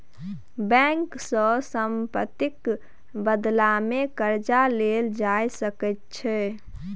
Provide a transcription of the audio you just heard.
bank सँ सम्पत्तिक बदलामे कर्जा लेल जा सकैत छै